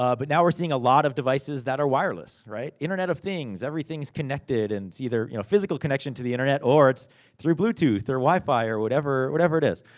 ah but now we're seeing a lot of devices that are wireless. right? internet of things, everything's connected, and it's either a you know physical connection to the internet, or it's through bluetooth, or wifi, or whatever whatever it is.